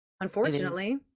unfortunately